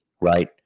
right